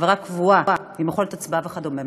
חברה קבועה עם יכולת הצבעה וכדומה.